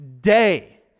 day